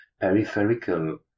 Peripheral